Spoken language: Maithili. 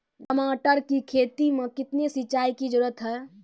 टमाटर की खेती मे कितने सिंचाई की जरूरत हैं?